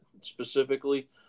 specifically